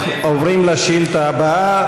אנחנו עוברים לשאילתה הבאה,